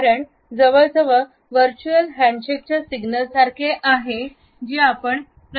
कारण जवळजवळ व्हर्च्युअल हँडशेकच्या सिग्नलसारखे आहे जे आपण प्रत्यक्षात जाऊन करू शकत नाही